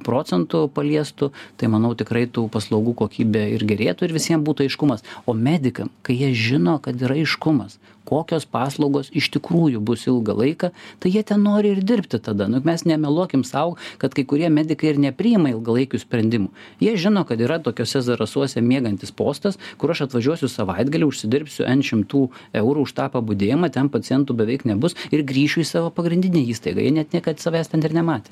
procentų paliestų tai manau tikrai tų paslaugų kokybė ir gerėtų ir visiem būtų aiškumas o medikam kai jie žino kad yra aiškumas kokios paslaugos iš tikrųjų bus ilgą laiką tai jie ten nori ir dirbti tada nu mes nemeluokim sau kad kai kurie medikai ir nepriima ilgalaikių sprendimų jie žino kad yra tokiose zarasuose miegantis postas kur aš atvažiuosiu savaitgalį užsidirbsiu en šimtų eurų už tą pabudėjimą ten pacientų beveik nebus ir grįšiu į savo pagrindinę įstaigą jie net niekad savęs ten ir nematė